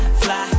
fly